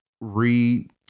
read